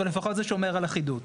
אבל לפחות זה שומר על אחידות.